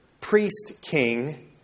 priest-king